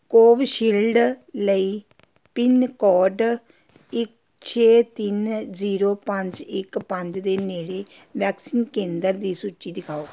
Covishield ਲਈ pin code ਇ ਛੇ ਤਿੰਨ ਜੀਰੋ ਪੰਜ ਇਕ ਪੰਜ ਦੇ ਨੇੜੇ ਵੈਕਸੀਨ ਕੇਂਦਰ ਦੀ ਸੂਚੀ ਦਿਖਾਓ